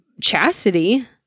chastity